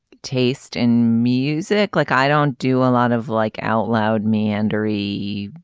taste in music like i don't do a lot of like outloud mandatory